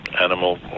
animal